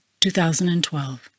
2012